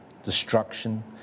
destruction